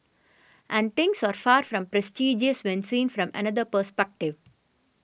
and things are far from prestigious when seen from another perspective